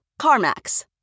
CarMax